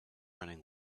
running